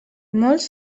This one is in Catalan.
molts